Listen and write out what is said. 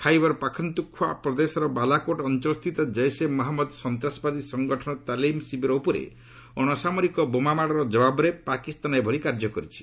ଖାଇବର ପାଖତୁନ୍ଖ୍ୱା ପ୍ରଦେଶର ବାଲାକୋଟ୍ ଅଞ୍ଚଳସ୍ଥିତ କୈସେ ମହମ୍ମଦ ସନ୍ତାସବାଦୀ ସଙ୍ଗଠନର ତାଲିମ ଶିବିର ଉପରେ ଅଣସାମରିକ ବୋମାମାଡ଼ର ଜବାବ୍ରେ ପାକିସ୍ତାନ ଏଭଳି କାର୍ଯ୍ୟ କରିଛି